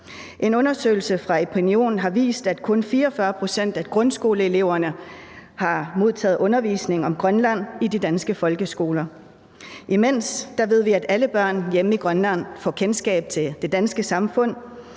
En undersøgelse fra Epinion har vist, at kun 44 pct. af grundskoleelever har modtaget undervisning om Grønland i de danske folkeskoler. Imens ved vi, at alle børn hjemme i Grønland får kendskab til det danske samfund